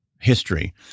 history